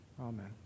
Amen